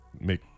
make